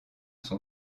son